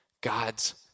God's